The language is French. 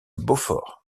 beaufort